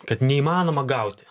kad neįmanoma gauti